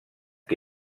que